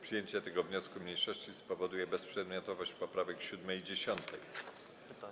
Przyjęcie tego wniosku mniejszości spowoduje bezprzedmiotowość poprawek 7. i 10.